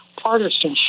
partisanship